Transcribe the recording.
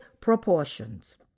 proportions